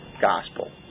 gospel